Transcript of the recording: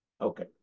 Okay